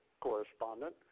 Correspondent